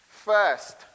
First